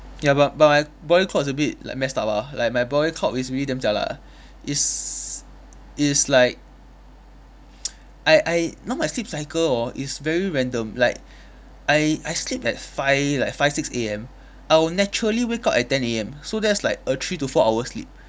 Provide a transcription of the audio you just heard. ya but but my body clock is a bit like messed up ah like my body clock is really damn jialat is is like I I now my sleep cycle hor is very random like I I sleep at five like fix six A_M I'll naturally wake up at ten A_M so that's like a three to four hour sleep